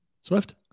Swift